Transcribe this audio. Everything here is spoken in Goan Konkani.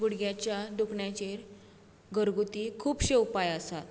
गुडघ्याच्या दुखण्याचेर घरगुती खुबशे उपाय आसा